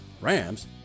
Rams